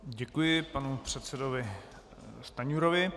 Děkuji panu předsedovi Stanjurovi.